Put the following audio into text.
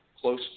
close